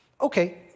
okay